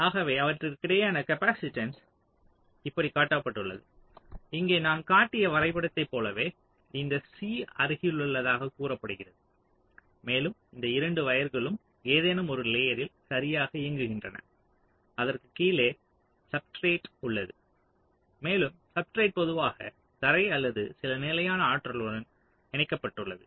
ஆகவே அவற்றுக்கிடையேயான காப்பாசிட்டன்ஸ் இப்படி காட்டப்பட்டுள்ளது இங்கே நான் காட்டிய வரைபடத்தைப் போலவே இது C அருகிலுள்ளதாக குறிப்பிடப்படுகிறது மேலும் இந்த இரண்டு வயர்களும் ஏதேனும் ஒரு லேயர்ரில் சரியாக இயங்குகின்றன அதற்குக் கீழே சப்ஸ்ட்ரேட் உள்ளது மேலும் சப்ஸ்ட்ரேட் பொதுவாக தரை அல்லது சில நிலையான ஆற்றலுடன் இணைக்கப்பட்டுள்ளது